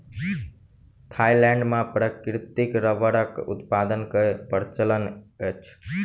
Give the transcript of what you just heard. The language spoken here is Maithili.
थाईलैंड मे प्राकृतिक रबड़क उत्पादन के प्रचलन अछि